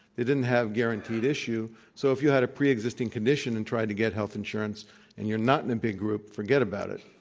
didn't have guaranteed issue, so if you had a preexisting condition and tried to get health insurance and you're not in a big group, forget about it.